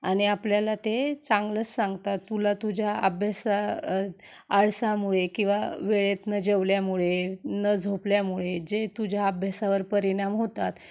आणि आपल्याला ते चांगलंच सांगतात तुला तुझ्या अभ्यासा आळसामुळे किंवा वेळेत न जेवल्यामुळे न झोपल्यामुळे जे तुझ्या अभ्यासावर परिणाम होतात